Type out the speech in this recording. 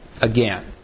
again